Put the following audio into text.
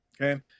Okay